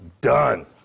Done